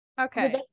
Okay